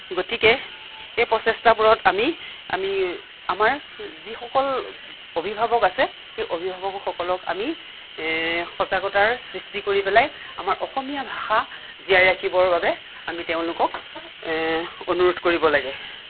গতিকে এই প্ৰচেষ্টাবোৰত আমি আমি আমাৰ যিসকল অভিভাৱক আছে সেই অভিভাৱকসকলক আমি সজাগতাৰ সৃষ্টি কৰি পেলায় আমাৰ অসমীয়া ভাষা জীয়াই ৰাখিবৰ বাবে আমি তেওঁলোকক অনুৰোধ কৰিব লাগে